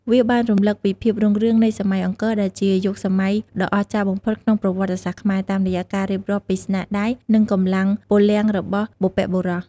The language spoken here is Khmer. វាបានរំឭកពីភាពរុងរឿងនៃសម័យអង្គរ ដែលជាយុគសម័យដ៏អស្ចារ្យបំផុតក្នុងប្រវត្តិសាស្ត្រខ្មែរ តាមរយៈការរៀបរាប់ពីស្នាដៃ និងកម្លាំងពលំរបស់បុព្វបុរស។